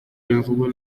imvubu